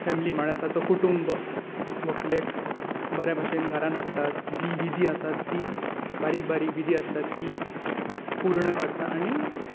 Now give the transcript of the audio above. family म्हळ्यार ताचो कुटूंब व्हंकलेक बऱ्या भशेन घरांत हाडटा जी विधी आसा ती बारीक बारीक विधी आसतात ती पूर्ण करतात आनी